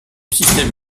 système